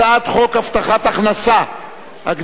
הצעת חוק הבטחת הכנסה (תיקון,